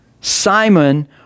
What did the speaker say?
Simon